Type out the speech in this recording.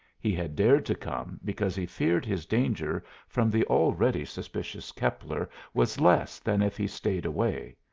he had dared to come because he feared his danger from the already suspicious keppler was less than if he stayed away.